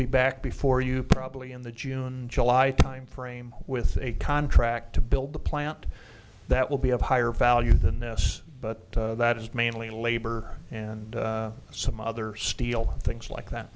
be back before you probably in the june july time frame with a contract to build the plant that will be of higher value than this but that is mainly labor and some other steel things like that